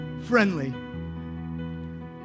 friendly